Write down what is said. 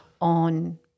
on